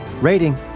rating